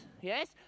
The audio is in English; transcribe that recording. yes